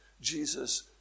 Jesus